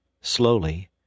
Slowly